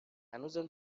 هنوزم